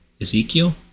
ezekiel